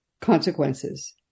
consequences